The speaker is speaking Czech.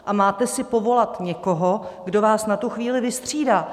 A máte si povolat někoho, kdo vás na tu chvíli vystřídá.